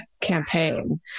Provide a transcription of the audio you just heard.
campaign